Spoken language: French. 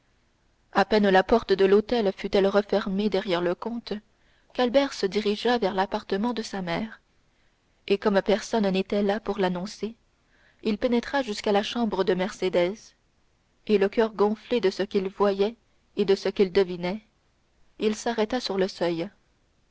à peine la porte de l'hôtel fut-elle refermée derrière le comte qu'albert se dirigea vers l'appartement de sa mère et comme personne n'était là pour l'annoncer il pénétra jusqu'à la chambre de mercédès et le coeur gonflé de ce qu'il voyait et de ce qu'il devinait il s'arrêta sur le seuil